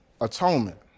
atonement